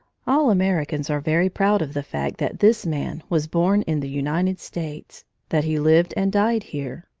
all americans are very proud of the fact that this man was born in the united states that he lived and died here.